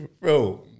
Bro